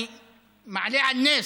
אני מעלה על נס.